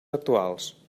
actuals